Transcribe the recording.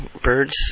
birds